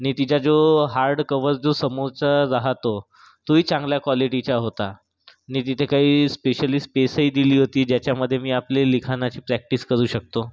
आणि तिचा जो हार्डकवर जो समोरचा राहतो तोही चांगल्या क्वालिटीचा होता आणि तिथे काही स्पेशली स्पेसही दिली होती ज्याच्यामध्ये मी आपली लिखाणाची प्रॅक्टिस करू शकतो